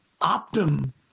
Optum